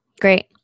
Great